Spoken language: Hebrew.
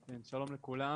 שלום לכולם,